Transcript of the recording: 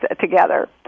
together